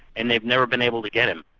and they've never been able to get him.